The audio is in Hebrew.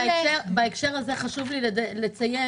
בהקשר הזה חשוב לי לציין,